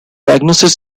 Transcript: diagnosing